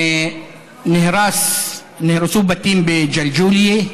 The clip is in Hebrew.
נהרסו בתים בג'לג'וליה,